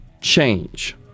change